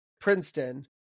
Princeton